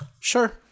Sure